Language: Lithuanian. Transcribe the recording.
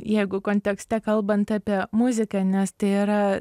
jeigu kontekste kalbant apie muziką nes tai yra